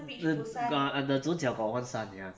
th~ th~ the 主角 got one son ya